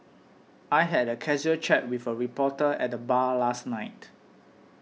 I had a casual chat with a reporter at the bar last night